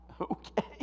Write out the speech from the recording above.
Okay